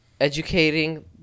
educating